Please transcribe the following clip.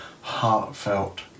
heartfelt